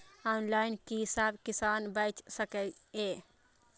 Online कि सब किसान बैच सके ये?